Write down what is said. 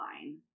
line